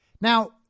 Now